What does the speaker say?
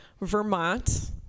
Vermont